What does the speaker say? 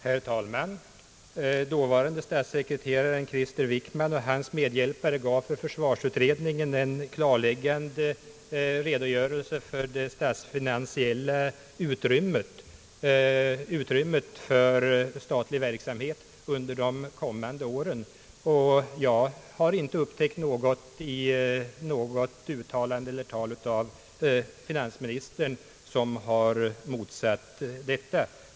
Herr talman! Dåvarande statssekreteraren Krister Wickman och hans medhjälpare gav försvarsutredningen en klarläggande redogörelse för det statsfinansiella utrymmet för statlig verksamhet under de kommande åren. Jag har inte i något uttalande av finansministern funnit någonting som har motsagt detta.